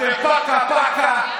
אתם פקה-פקה,